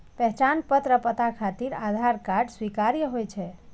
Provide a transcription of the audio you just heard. पहचान पत्र आ पता खातिर आधार कार्ड स्वीकार्य होइ छै